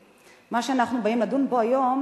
מה שאנחנו באים לדון בו פה היום